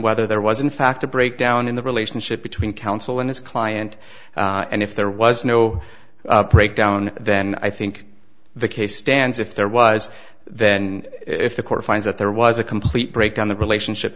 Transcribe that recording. whether there was in fact a breakdown in the relationship between counsel and his client and if there was no breakdown then i think the case stands if there was then if the court finds that there was a complete breakdown the relationship